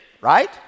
right